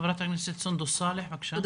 חברת הכנסת סונדוס סאלח, בבקשה.